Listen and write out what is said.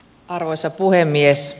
arvoisa puhemies